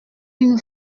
une